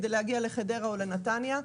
כדי להגיע לחדרה או לנתניה.